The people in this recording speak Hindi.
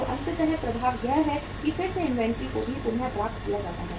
तो अंततः प्रभाव यह है कि फिर से इन्वेंट्री को भी पुनः प्राप्त किया जाता है